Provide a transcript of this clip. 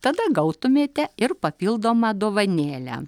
tada gautumėte ir papildomą dovanėlę